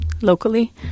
locally